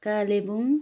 Kalimpong